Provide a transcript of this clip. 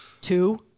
Two